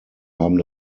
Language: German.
haben